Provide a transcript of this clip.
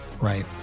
Right